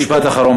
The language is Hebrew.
משפט אחרון,